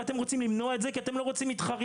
ואתם רוצים למנוע את זה כי אתם לא רוצים מתחרים.